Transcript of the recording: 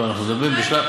זה לא יקרה.